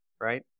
right